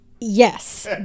Yes